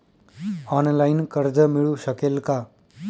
Online कर्ज मिळू शकेल का?